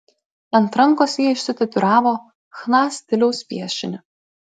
ant rankos ji išsitatuiravo chna stiliaus piešinį